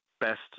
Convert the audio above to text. best